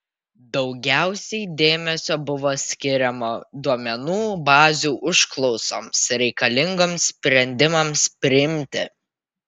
daugiausiai dėmesio buvo skiriama duomenų bazių užklausoms reikalingoms sprendimams priimti